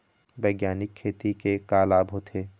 बैग्यानिक खेती के का लाभ होथे?